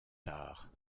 tard